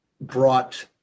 brought